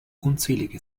unzählige